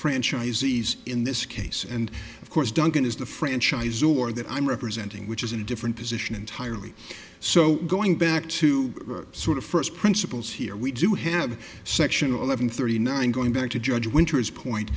franchisees in this case and of course duncan is the franchise or that i'm representing which is a different position entirely so going back to sort of first principles here we do have sectional eleven thirty nine going back to judge winters point